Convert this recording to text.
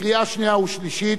לקריאה שנייה ושלישית.